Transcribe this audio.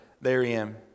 therein